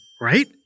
right